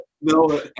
No